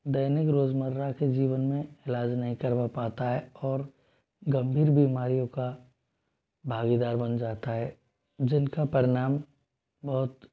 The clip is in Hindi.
दैनिक रोजमर्रा के जीवन में इलाज नहीं करवा पाता है और गंभीर बीमारियों का भागीदार बन जाता है जिनका परिणाम बहुत